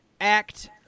act